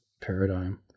paradigm